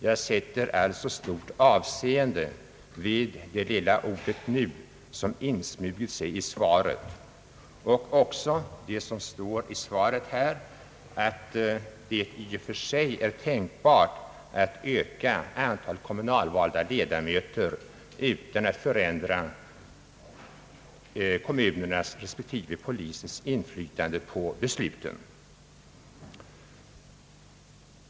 Jag fäster stort avseende vid det lilla ordet nu, som insmugit sig i svaret, och också vad som står i svaret att det i och för sig är tänkbart att öka antalet kommunvalda ledamöter utan att förändra kommunernas respektive polisens inflytande på besluten.